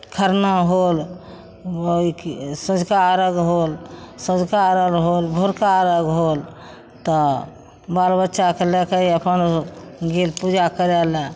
खरना होल सौंझका अर्घ होल सौंझका अर्घ होल भोरका अर्घ होल तऽ बाल बच्चाके लिएके अपन गेल पूजा करय लऽ